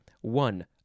One